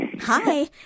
Hi